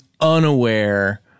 unaware